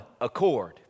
accord